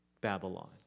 Babylon